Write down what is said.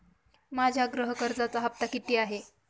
माझ्या गृह कर्जाचा हफ्ता किती आहे?